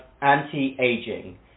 anti-aging